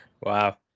Wow